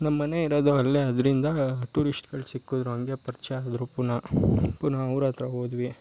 ನಮ್ಮನೆ ಇರೋದು ಅಲ್ಲೇ ಆದ್ರಿಂದ ಟೂರಿಸ್ಟ್ಗಳು ಸಿಕ್ಕಿದ್ರು ಹಂಗೇ ಪರಿಚ್ಯ ಆದರು ಪುನಃ ಪುನಃ ಅವ್ರತ್ರ ಹೋದ್ವಿ